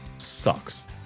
sucks